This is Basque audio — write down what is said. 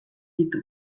ditu